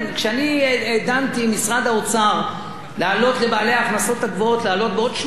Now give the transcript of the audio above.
כשאני דנתי עם משרד האוצר להעלות לבעלי ההכנסות הגבוהות בעוד 2%,